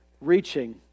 reaching